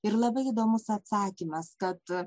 ir labai įdomus atsakymas kad